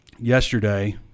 yesterday –